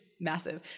massive